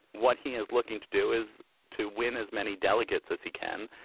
what he is looking to do is to win as many delegates as he can.